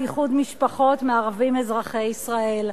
איחוד משפחות מערבים אזרחי ישראל.